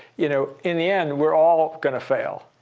you know in the end, we're all going to fail.